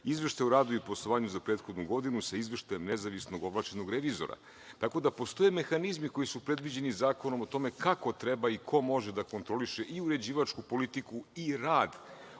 Izveštaj o radu i poslovanju za prethodnu godinu sa Izveštajem nezavisnog ovlašćenog revizora. Postoje mehanizmi koji su predviđeni zakonom o tome kako treba i ko može da kontroliše i uređivačku politiku i rad,